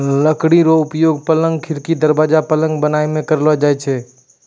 लकड़ी रो उपयोगक, पलंग, खिड़की, दरबाजा, पलंग बनाय मे करलो जाय छै